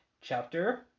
chapter